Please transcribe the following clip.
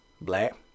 black